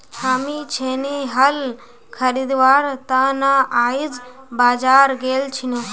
हामी छेनी हल खरीदवार त न आइज बाजार गेल छिनु